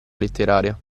letteraria